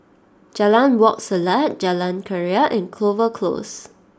Jalan Wak Selat Jalan Keria and Clover Close